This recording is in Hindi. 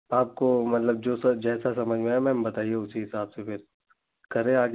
आपको मतलब जो जैसा समझ में आए मैम बताइए उसी हिसाब से फिर करें आगे